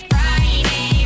Friday